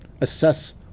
assess